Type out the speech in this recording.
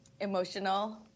emotional